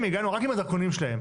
שניהם, הגענו רק עם הדרכונים שלהם.